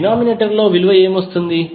denominator లో విలువ ఏమొస్తుంది